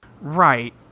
Right